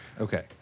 Okay